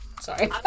Sorry